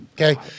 Okay